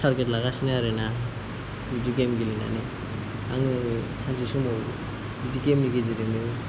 target लागासिनो आरोना बिदि गेम गेलेनानै आङो सानसे समाव बिदि गेमनि गेजेरजोंनो